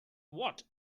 what